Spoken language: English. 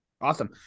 Awesome